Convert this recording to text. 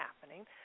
happening